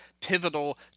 pivotal